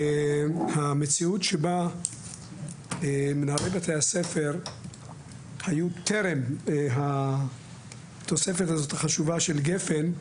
המציאות שבה היו מנהלי בתי הספר טרם התוספת החשובה של תוכנית גפ"ן,